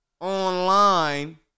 online